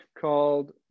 called